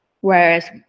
Whereas